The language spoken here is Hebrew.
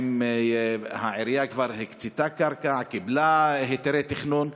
העירייה כבר הקצתה קרקע וקיבלה היתרי תכנון,